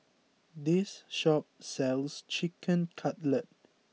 this shop sells Chicken Cutlet